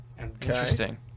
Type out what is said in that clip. Interesting